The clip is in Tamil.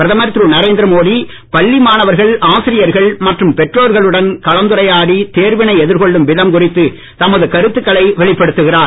பிரதமர் திரு நரேந்திர மோடி பள்ளி மாணவர்கள் ஆசிரியர்கள் மற்றும் பெற்றோர்களுடன் கலந்துரையாடி தேர்வினை எதிர்கொள்ளும் விதம் குறித்து தமது கருத்துக்களை வெளிப்படுத்துகிறார்